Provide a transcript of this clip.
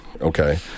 okay